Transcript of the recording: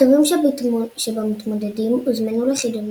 הטובים שבמתמודדים הוזמנו לחידונים